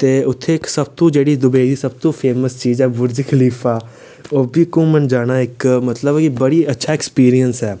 ते उत्थै इक सबतो जेह्ड़ी दुबेई सबतो फेमस चीज ऐ बुर्ज खलीफा ओह् बी घुम्मन जाना इक मतलब कि बड़ी अच्छा एक्सपीरियंस ऐ